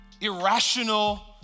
irrational